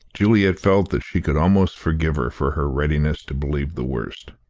juliet felt that she could almost forgive her for her readiness to believe the worst.